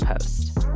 Post